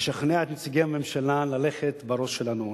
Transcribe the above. לשכנע את נציגי הממשלה ללכת בראש שלנו.